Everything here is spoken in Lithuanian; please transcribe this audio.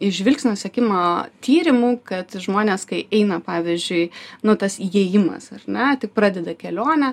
iš žvilgsnio sekimo tyrimų kad žmonės kai eina pavyzdžiui nu tas įėjimas na tik pradeda kelionę